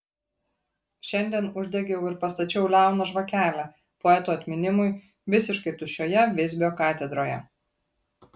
šiandien uždegiau ir pastačiau liauną žvakelę poeto atminimui visiškai tuščioje visbio katedroje